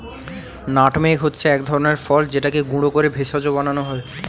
nutmeg হচ্ছে এক ধরনের ফল যেটাকে গুঁড়ো করে ভেষজ বানানো হয়